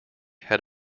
had